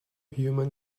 human